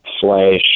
slash